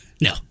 No